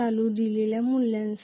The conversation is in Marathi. चालू दिलेल्या मूल्यासाठी